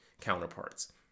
counterparts